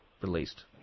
released